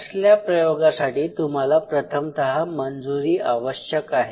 असल्या प्रयोगासाठी तुम्हाला प्रथमतः मंजुरी आवश्यक आहे